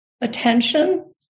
attention